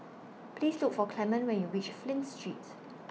Please Look For Clement when YOU REACH Flint Street